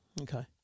Okay